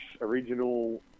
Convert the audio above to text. original